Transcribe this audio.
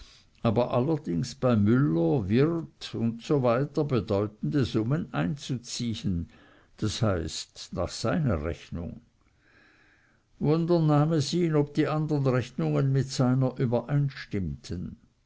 aber allerdings bei müller wirt usw bedeutende summen einzuziehen das heißt nach seiner rechnung wunder nahm es ihn ob die andern rechnungen mit seiner übereinstimmten